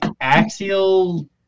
axial